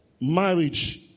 marriage